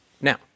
Now